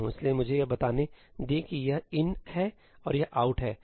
इसलिए मुझे यह बताने दें कि यह in है और यह out' है